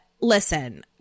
Listen